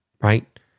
right